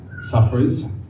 sufferers